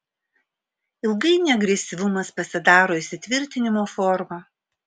ilgainiui agresyvumas pasidaro įsitvirtinimo forma